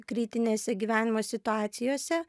kritinėse gyvenimo situacijose